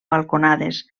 balconades